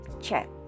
chat